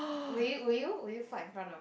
would you would you would you fart in front of